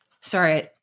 Sorry